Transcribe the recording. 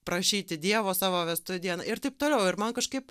prašyti dievo savo vestuvių dieną ir taip toliau ir man kažkaip